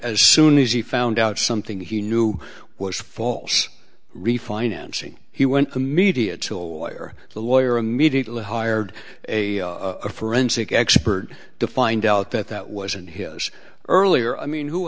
as soon as he found out something he knew was false refinancing he went to media to a lawyer the lawyer immediately hired a forensic expert to find out that that wasn't his earlier i mean who